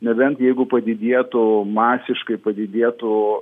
nebent jeigu padidėtų masiškai padidėtų